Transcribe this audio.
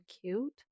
cute